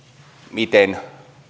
miten